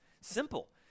Simple